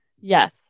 Yes